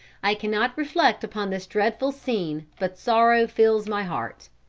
i cannot reflect upon this dreadful scene but sorrow fills my heart.